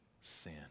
sin